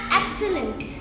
excellent